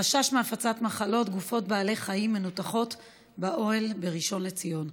חשש מהפצת מחלות: גופות בעלי חיים מנותחות באוהל בראשון לציון,